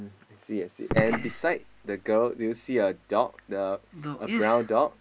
I see I see and beside the girl do you see a dog the a brown dog